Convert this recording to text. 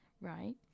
right